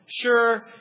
Sure